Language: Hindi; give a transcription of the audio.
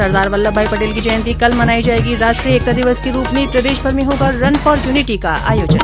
सरदार वल्लभ भाई पटेल की जयंती कल मनाई जायेगी राष्ट्रीय एकता दिवस के रूप में प्रदेशभर में होगा रन फोर यूनिटी का आयोजन